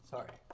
Sorry